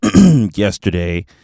yesterday